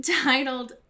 titled